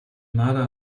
marder